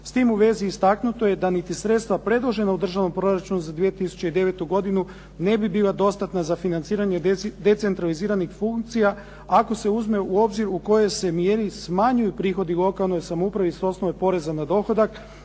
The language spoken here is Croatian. S tim u vezi, istaknuto je da niti sredstva predložena u Državnom proračunu za 2009. godinu ne bi bila dostatna za financiranje decentraliziranih funkcija ako se uzme u obzir u kojoj se mjeri smanjuju prihodi lokalnoj samoupravi s osnove poreza na dohodak